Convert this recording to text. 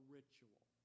ritual